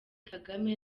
kagame